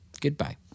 Goodbye